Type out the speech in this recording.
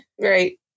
right